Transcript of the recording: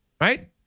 right